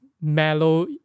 mellow